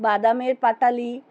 বাদামের পাটালি